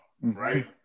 right